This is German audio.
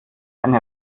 eine